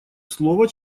слово